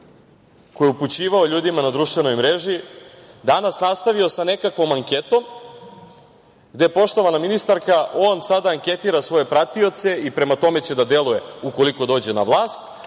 je upućivao ljudima na društvenoj mreži, danas nastavio sa nekakvom anketom, gde, poštovana ministarka, on sada anketira svoje pratioce i prema tome će da deluje u koliko dođe na